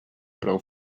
prou